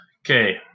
Okay